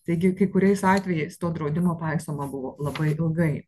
taigi kai kuriais atvejais to draudimo paisoma buvo labai ilgai